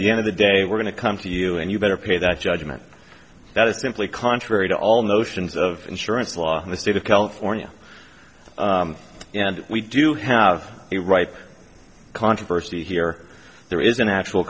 the end of the day we're going to come to you and you better pay that judgment that is simply contrary to all notions of insurance law in the state of california and we do have a right controversy here there is a natural